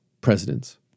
presidents